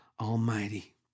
Almighty